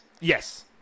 Yes